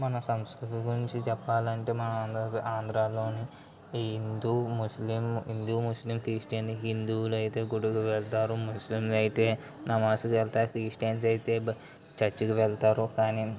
మన సంస్కృతి గురించి చెప్పాలంటే మన ఆంధ్రాలోని హిందూ ముస్లిం హిందూ ముస్లిం క్రిస్టియన్ హిందువులైతే గుడికి వెళ్తారు ముస్లింలు నమాజ్కి వెళ్తారు క్రిస్టియన్స్ అయితే చర్చ్కు వెళ్తారు కానీ